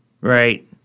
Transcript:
right